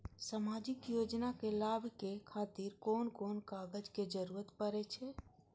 सामाजिक योजना के लाभक खातिर कोन कोन कागज के जरुरत परै छै?